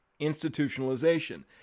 institutionalization